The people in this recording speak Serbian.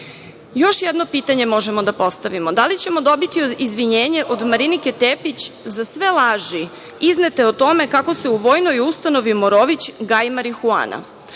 jedno pitanje možemo da postavimo. Da li ćemo dobiti izvinjenje od Marinike Tepić za sve laži iznete o tome kako se u Vojnoj ustanovi „Morović“ gaji marihuana?